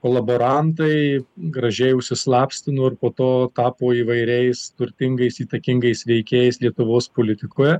kolaborantai gražiai užsislapstino ir po to tapo įvairiais turtingais įtakingais veikėjais lietuvos politikoje